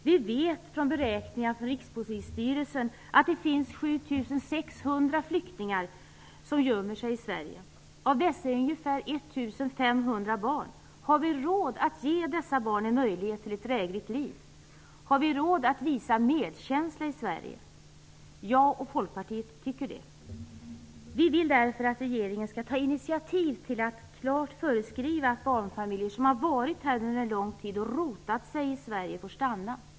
Vi vet från beräkningar från Rikspolisstyrelsen att det finns 7 600 flyktingar som gömmer sig i Sverige. Av dessa är ungefär 1 500 barn. Har vi råd att ge dessa barn en möjlighet till ett drägligt liv? Har vi råd att visa medkänsla i Sverige? Jag och Folkpartiet tycker det. Vi vill därför att regeringen skall ta initiativ till att klart föreskriva att barnfamiljer som har varit här under lång tid och rotat sig i Sverige får stanna.